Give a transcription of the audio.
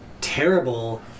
terrible